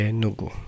nugu